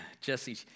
Jesse